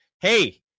Hey